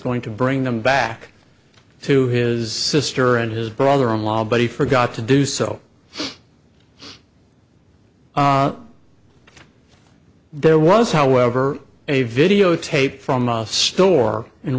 going to bring them back to his sister and his brother in law but he forgot to do so there was however a videotape from a store in